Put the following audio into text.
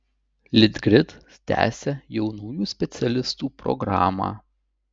litgrid tęsia jaunųjų specialistų programą